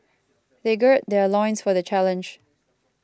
they gird their loins for the challenge